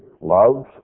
love